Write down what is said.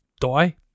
Die